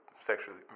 sexually